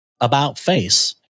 about-face